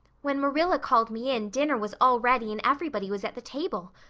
when marilla called me in dinner was all ready and everybody was at the table.